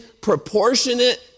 proportionate